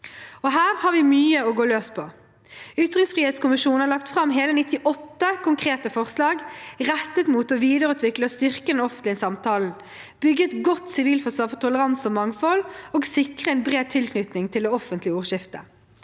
Her har vi mye å gå løs på. Ytringsfrihetskommisjonen har lagt fram hele 98 konkrete forslag, rettet mot å videreutvikle og styrke den offentlige samtalen, bygge et godt sivilforsvar for toleranse og mangfold og sikre en bred tilknytning til det offentlige ordskiftet.